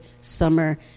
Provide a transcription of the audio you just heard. summer